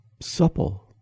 supple